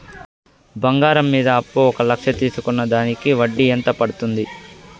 బంగారం మీద అప్పు ఒక లక్ష తీసుకున్న దానికి వడ్డీ ఎంత పడ్తుంది?